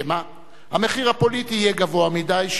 שמא המחיר הפוליטי יהיה גבוה מדי,